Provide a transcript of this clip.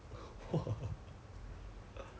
Saoko Saoko